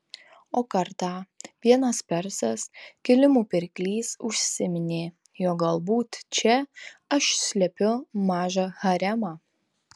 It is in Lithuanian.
o kartą vienas persas kilimų pirklys užsiminė jog galbūt čia aš slepiu mažą haremą